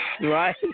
Right